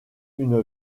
une